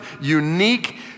unique